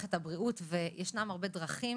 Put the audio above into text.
במערכת הבריאות, וישנן הרבה דרכים